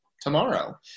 tomorrow